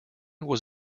was